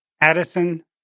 Addison